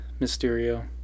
Mysterio